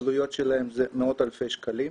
העלויות שלהם הן מאות אלפי שקלים,